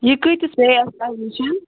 یہِ کۭتِس پیٚیہِ اسہِ تۄہہِ نِش